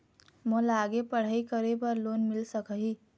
मोला आगे पढ़ई करे बर लोन मिल सकही?